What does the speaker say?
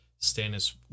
Stannis